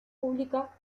pública